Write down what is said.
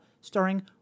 starring